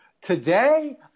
Today